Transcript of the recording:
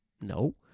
No